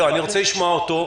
אני רוצה לשמוע אותו.